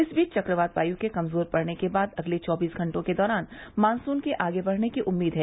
इस बीच चक्रवात वायु के कमजोर पड़ने के बाद अगले चौबीस घंटे के दौरान मानसून के आगे बढ़ने की उम्मीद है